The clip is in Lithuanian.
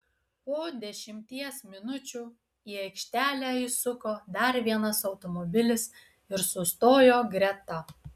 po dešimties minučių į aikštelę įsuko dar vienas automobilis ir sustojo greta